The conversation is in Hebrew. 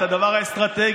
את הדבר האסטרטגי.